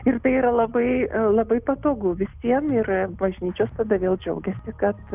ir tai yra labai labai patogu visiem ir bažnyčios tada vėl džiaugiasi kad